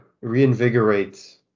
reinvigorate